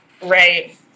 Right